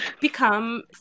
become